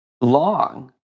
Long